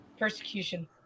Persecution